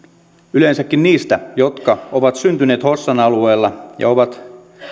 yleensäkin niistä jotka ovat syntyneet hossan alueella ja ovat